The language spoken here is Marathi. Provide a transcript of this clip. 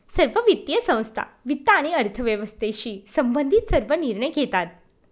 सर्व वित्तीय संस्था वित्त आणि अर्थव्यवस्थेशी संबंधित सर्व निर्णय घेतात